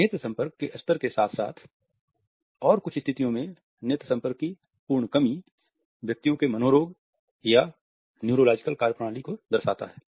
नेत्र संपर्क के स्तर के साथ साथ और कुछ स्थितियों में नेत्र संपर्क की पूर्ण कमी व्यक्तियों के मनोरोग या न्यूरोलॉजिकल कार्य प्रणाली को दर्शाती है